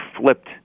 flipped